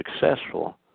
successful